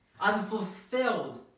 unfulfilled